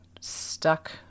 stuck